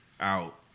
out